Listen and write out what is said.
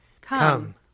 Come